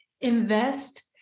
invest